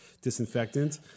disinfectant